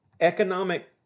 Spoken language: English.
economic